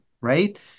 right